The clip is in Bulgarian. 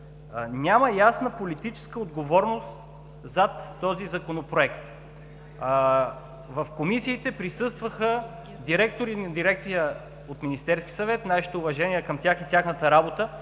Няма ясна политическа отговорност зад този Законопроект. В комисиите присъстваха директори на дирекция от Министерския съвет. Нашите уважения към тях и тяхната работа,